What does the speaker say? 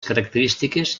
característiques